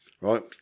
right